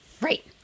Right